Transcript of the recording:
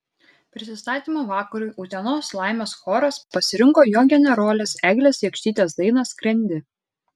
prisistatymo vakarui utenos laimės choras pasirinko jo generolės eglės jakštytės dainą skrendi